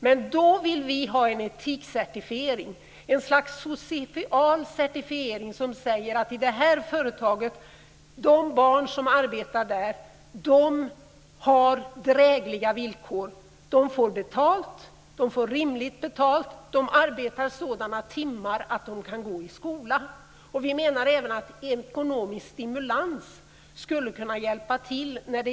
Men då vill vi ha en etikcertifiering, ett slags social certifiering som säger att de barn som arbetar i det aktuella företaget har drägliga villkor, får rimligt betalt och att arbetstiden är förlagd så att de kan gå i skola. Och vi anser att ekonomisk stimulans skulle kunna hjälpa till.